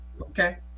Okay